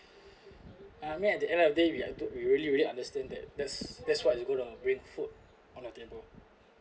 I mean at the end of the day we are told we really really understand that that's that's what's you gonna bring food on the table